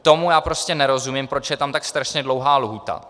Tomu já prostě nerozumím, proč je tam tak strašně dlouhá lhůta.